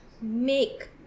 make